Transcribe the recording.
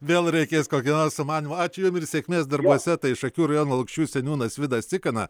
vėl reikės kokio nors sumanymo ačiū jum ir sėkmės darbuose tai šakių rajono lukšių seniūnas vidas cikana